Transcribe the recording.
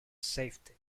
safety